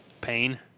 Pain